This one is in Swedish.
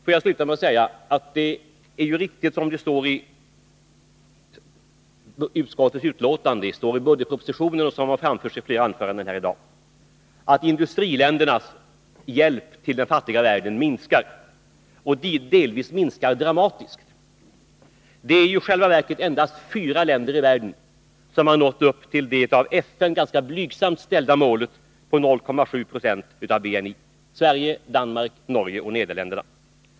Får jag sluta med att säga att det är riktigt som det står i utskottets utlåtande — det står i budgetpropositionen och har framförts i flera anföranden i dag - att industriländernas hjälp till den fattiga världen minskar. Delvis minskar den dramatiskt. Det är i själva verket endast fyra länder i världen som har nått upp till det av FN ganska blygsamt ställda målet på 0,7 26 av BNI: Sverige, Danmark, Norge och Nederländerna.